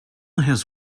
his